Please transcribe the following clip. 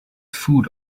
food